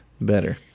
Better